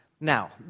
Now